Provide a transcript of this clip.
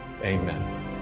Amen